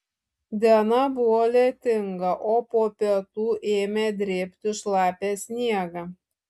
diena buvo lietinga o po pietų ėmė drėbti šlapią sniegą